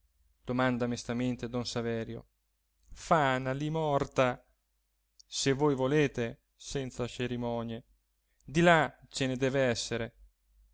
domanda mestamente don saverio fana lì morta se voi volete senza cerimonie di là ce ne dev'essere